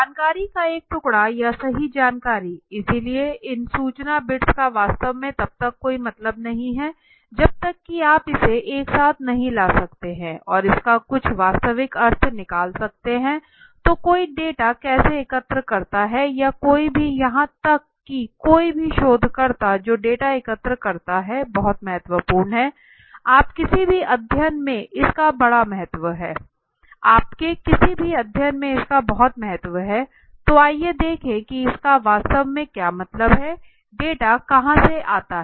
जानकारी का एक टुकड़ा या सही जानकारी इसलिए इन सूचना बिट्स का वास्तव में तब तक कोई मतलब नहीं है जब तक कि आप इसे एक साथ नहीं ला सकते हैं और इसका कुछ वास्तविक अर्थ निकाल सकते हैं तो कोई डेटा कैसे एकत्र करता है या कोई भी यहां तक कि कोई भी शोधकर्ता जो डेटा एकत्र करता है बहुत महत्वपूर्ण है आप किसी भी अध्ययन में इसका बड़ा महत्व है तो आइए देखें कि इसका वास्तव में क्या मतलब है डेटा कहां से आता है